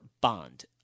bond